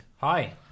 Hi